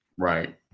Right